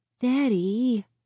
Daddy